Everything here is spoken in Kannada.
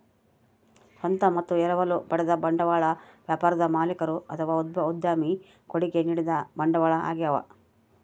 ಸ್ವಂತ ಮತ್ತು ಎರವಲು ಪಡೆದ ಬಂಡವಾಳ ವ್ಯಾಪಾರದ ಮಾಲೀಕರು ಅಥವಾ ಉದ್ಯಮಿ ಕೊಡುಗೆ ನೀಡಿದ ಬಂಡವಾಳ ಆಗ್ಯವ